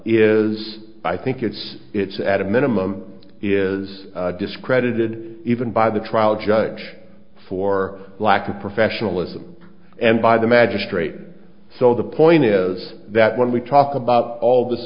is i think it's it's at a minimum is discredited even by the trial judge for lack of professionalism and by the magistrate so the point is that when we talk about all of this